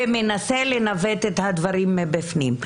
ומנסה לנווט את הדברים מבפנים.